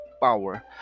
power